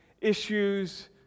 issues